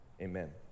amen